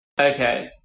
Okay